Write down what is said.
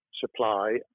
supply